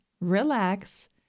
relax